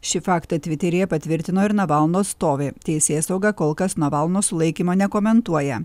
šį faktą tviteryje patvirtino ir navalno atstovė teisėsauga kol kas navalno sulaikymo nekomentuoja